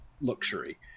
luxury